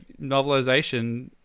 novelization